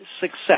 success